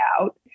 out